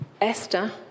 Esther